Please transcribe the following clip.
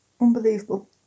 Unbelievable